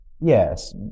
yes